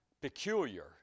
peculiar